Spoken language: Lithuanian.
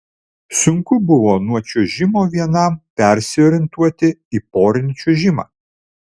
sunku buvo nuo čiuožimo vienam persiorientuoti į porinį čiuožimą